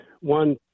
one